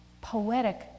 poetic